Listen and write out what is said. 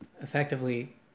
effectively